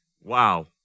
wow